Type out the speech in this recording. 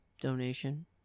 donation